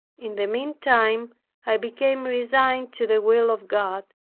in the meantime i became resigned to the will of god,